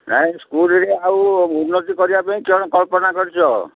ନାଇଁ ସ୍କୁଲ୍ରେ ଆଉ ଉନ୍ନତି କରିବା ପାଇଁ କ'ଣ କଳ୍ପନା କରିଛ